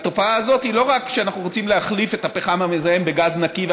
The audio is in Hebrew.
והתופעה הזאת היא לא רק כשאנחנו רוצים להחליף את הפחם המזהם בגז נקי,